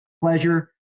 pleasure